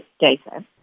data